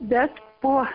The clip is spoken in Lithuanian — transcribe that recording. bet po